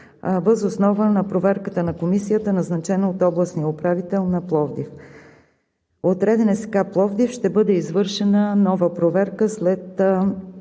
въз основа на проверката на комисията, назначена от областния управител на Пловдив. От РДНСК – Пловдив, ще бъде извършена нова проверка след